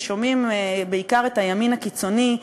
ושומעים בעיקר את הימין הקיצוני,